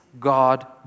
God